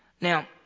Now